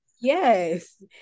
Yes